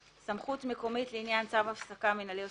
סמכות מקומית לעניין צו הפסקה מינהלי או